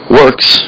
works